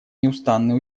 неустанные